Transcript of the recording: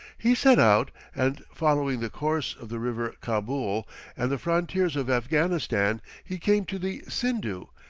he set out, and following the course of the river kabul and the frontiers of afghanistan, he came to the sindhu,